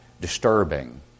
disturbing